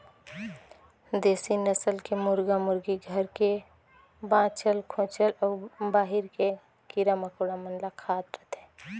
देसी नसल के मुरगा मुरगी घर के बाँचल खूंचल अउ बाहिर के कीरा मकोड़ा मन ल खात रथे